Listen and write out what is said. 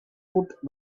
put